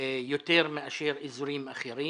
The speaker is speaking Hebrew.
יותר מאשר באזורים אחרים.